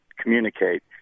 communicate